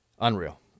unreal